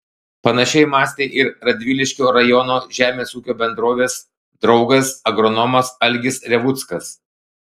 panašiai mąstė ir radviliškio rajono žemės ūkio bendrovės draugas agronomas algis revuckas